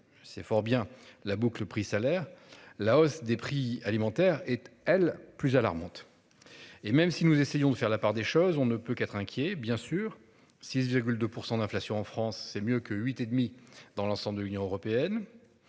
c'est fort bien la boucle prix-salaires la hausse des prix alimentaires et elle plus alarmante. Et même si nous essayons de faire la part des choses, on ne peut qu'être inquiet bien sûr 6,2% d'inflation en France, c'est mieux que huit et demi dans l'ensemble de l'Union européenne.